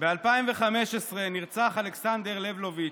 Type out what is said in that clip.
ב-2015 נרצח אלכסנדר לבלוביץ',